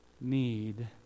need